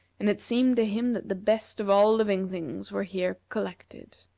and it seemed to him that the best of all living things were here collected.